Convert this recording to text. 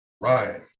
Ryan